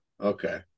Okay